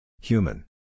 Human